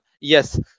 Yes